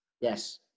Yes